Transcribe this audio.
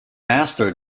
master